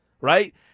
right